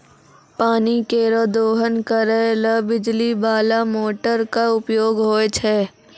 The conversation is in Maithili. पानी केरो दोहन करै ल बिजली बाला मोटर क उपयोग होय छै